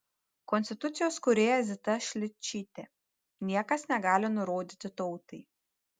konstitucijos kūrėja zita šličytė niekas negali nurodyti tautai